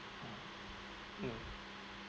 mm